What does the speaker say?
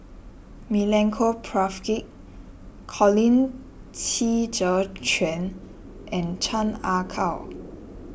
Milenko Prvacki Colin Qi Zhe Quan and Chan Ah Kow